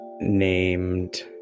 named